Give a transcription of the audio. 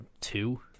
two